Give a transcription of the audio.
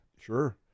Sure